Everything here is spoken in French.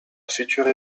future